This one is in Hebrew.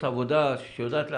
עבודה שיודעת לעשות עבודה,